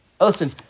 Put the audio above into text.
Listen